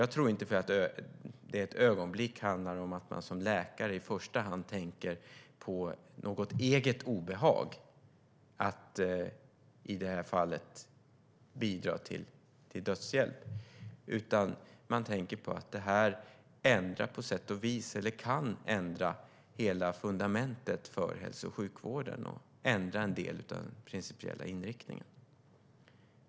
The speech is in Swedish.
Jag tror inte för ett ögonblick att det handlar om att man som läkare i första hand tänker på något eget obehag av att i det här fallet bidra till dödshjälp, utan man tänker på att det här ändrar, eller kan ändra, hela fundamentet för hälso och sjukvården och ändra en del av den principiella inriktningen.